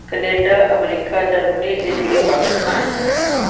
Canada America Germany Italy Pakistan